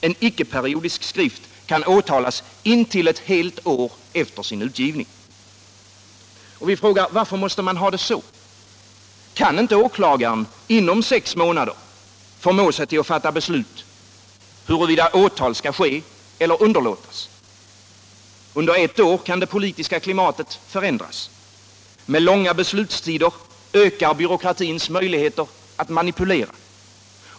En icke-periodisk skrift kan åtalas intill ett helt år efter sin utgivning. Vi frågar: Varför måste man ha det så? Kan inte åklagaren inom sex månader förmå sig till att fatta beslut huruvida åtal skall ske eller underlåtas? Under ett år kan det politiska klimatet förändras. Med långa beslutstider ökar byråkratins möjligheter att manipulera.